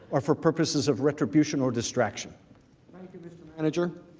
or for purposes of retribution or distraction and major